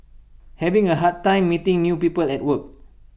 having A hard time meeting new people at work